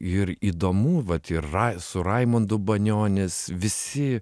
ir įdomu vat yra su raimundu banionis visi